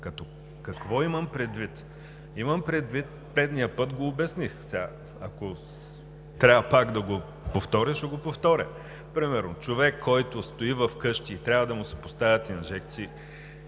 Какво имам предвид? Имам предвид – предния път го обясних, ако трябва пак да го повторя, ще го повторя – примерно човек, който стои вкъщи и трябва да му се поставят инжекции